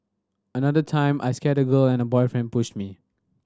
another time I scared a girl and her boyfriend pushed me